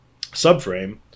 subframe